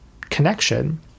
connection